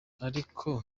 ariko